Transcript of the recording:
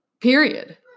Period